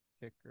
ticker